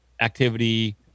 activity